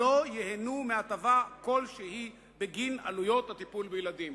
לא ייהנו מהטבה כלשהי בגין עלויות הטיפול בילדים.